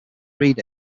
read